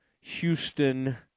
Houston